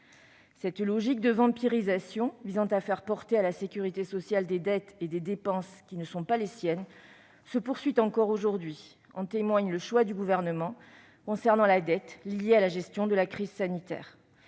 telle logique de vampirisation, qui vise à faire porter par la sécurité sociale des dettes et des dépenses qui ne sont pas les siennes, se poursuit encore aujourd'hui, comme en témoigne le choix du Gouvernement concernant la dette liée à la gestion de la crise sanitaire.